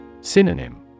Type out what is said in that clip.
Synonym